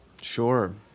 Sure